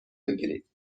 بگیرید